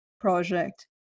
project